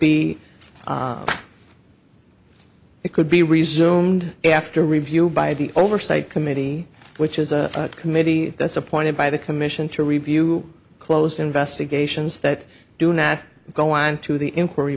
be it could be resumed after review by the oversight committee which is a committee that's appointed by the commission to review closed investigations that do not go into the inquiry